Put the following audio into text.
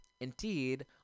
Indeed